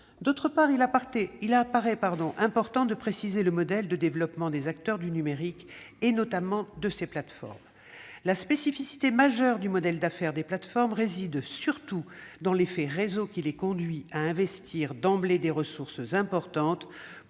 D'autre part, il apparaît important de préciser le modèle de développement des acteurs du numérique, notamment de ces plateformes. La spécificité majeure du modèle d'affaires des plateformes réside surtout dans l'effet réseau, qui les conduit à investir d'emblée des ressources importantes